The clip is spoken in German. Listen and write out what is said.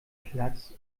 platz